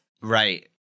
Right